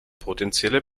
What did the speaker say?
potenzielle